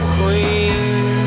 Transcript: queen